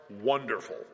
wonderful